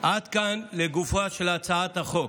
עד כאן לגופה של הצעת החוק.